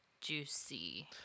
juicy